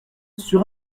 sur